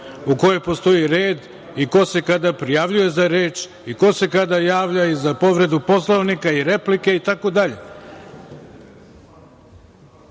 u kojoj postoji red i ko se kada prijavljuje za reč i ko se kada javlja i za povredu Poslovnika i replike, itd. Ja ne